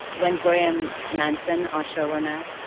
when graham manson, our show runner,